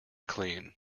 clean